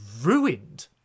ruined